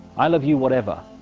i love you whatever.